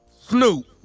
Snoop